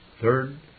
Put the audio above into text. Third